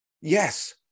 Yes